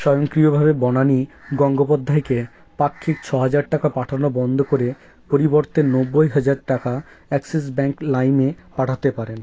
স্বয়ংক্রিয়ভাবে বনানি গঙ্গোপাধ্যায়কে পাক্ষিক ছ হাজার টাকা পাঠানো বন্ধ করে পরিবর্তে নব্বই হাজার টাকা অ্যাক্সিস ব্যাঙ্ক লাইমে পাঠাতে পারেন